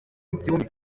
byumye